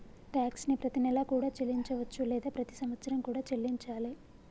tax ని ప్రతినెలా కూడా చెల్లించవచ్చు లేదా ప్రతి సంవత్సరం కూడా చెల్లించాలే